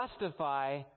justify